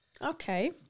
Okay